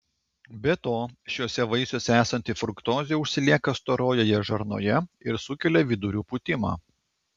be to šiuose vaisiuose esanti fruktozė užsilieka storojoje žarnoje ir sukelia vidurių pūtimą